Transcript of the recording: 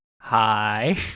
hi